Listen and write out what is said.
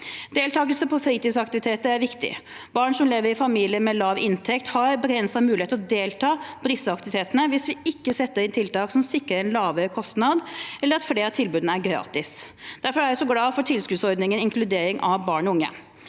Deltakelse på fritidsaktiviteter er viktig. Barn som lever i familier med lav inntekt, har begrenset mulighet til å delta på disse aktivitetene hvis vi ikke setter inn tiltak som sikrer en lavere kostnad eller at flere av tilbudene er gratis. Derfor er jeg så glad for tilskuddordningen for inkludering av barn og unge.